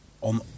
On